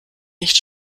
nicht